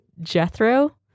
Jethro